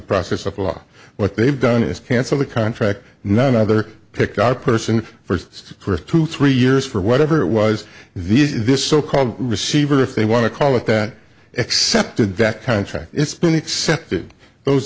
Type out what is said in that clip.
process of law what they've done is cancel the contract none other picked our person first for two three years for whatever it was these so called receiver if they want to call it that accepted that contract it's been accepted those